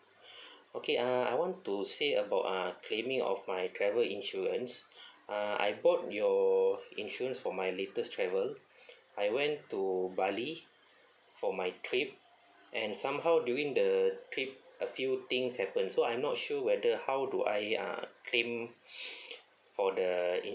okay uh I want to say about uh claiming of my travel insurance uh I bought your insurance for my latest travel I went to bali for my trip and somehow during the trip a few things happen so I'm not sure whether how do I uh claim for the